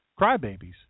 crybabies